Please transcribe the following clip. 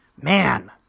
Man